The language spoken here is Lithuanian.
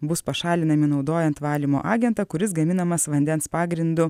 bus pašalinami naudojant valymo agentą kuris gaminamas vandens pagrindu